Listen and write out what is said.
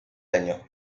año